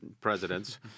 presidents